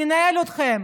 ננהל אתכם,